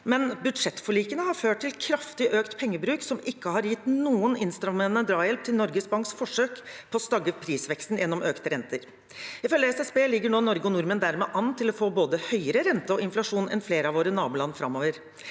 men budsjettforlikene har ført til kraftig økt pengebruk som ikke har gitt noe innstrammende drahjelp til Norges Banks forsøk på å stagge prisveksten gjennom økte renter. Ifølge SSB ligger nå Norge og nordmenn dermed an til å få både høyere rente og høyere inflasjon enn flere av våre naboland framover.